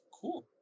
Cool